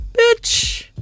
Bitch